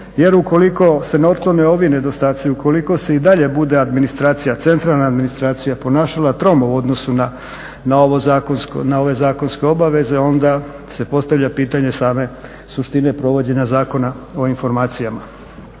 jer ukoliko se ne otklone ovi nedostaci, ukoliko se i dalje bude administracija, centralna administracija ponašala tromo u odnosu na ove zakonske obaveze onda se postavlja pitanje same suštine provođenja Zakona o informacijama.